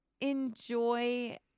enjoy